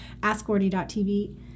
AskGordy.tv